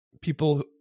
people